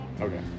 Okay